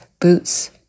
boots